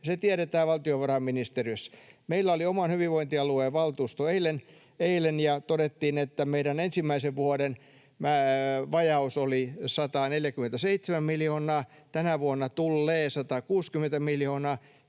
se tiedetään valtiovarainministeriössä. Meillä oli oman hyvinvointialueen valtuusto eilen, ja todettiin, että meidän ensimmäisen vuoden vajaus oli 147 miljoonaa, tänä vuonna tullee 160 miljoonaa.